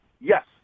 Yes